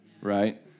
right